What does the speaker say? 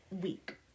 week